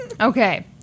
Okay